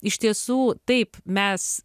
iš tiesų taip mes